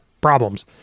problems